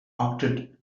achtet